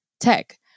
tech